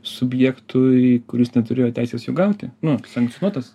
subjektui kuris neturėjo teisės jų gauti nu sankcionuotas